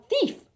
thief